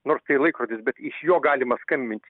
nors tai laikrodis bet iš jo galima skambint